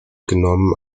genommen